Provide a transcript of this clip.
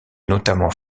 notamment